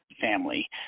family